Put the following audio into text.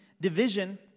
division